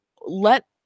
let